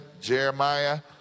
Jeremiah